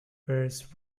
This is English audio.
whereas